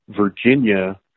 Virginia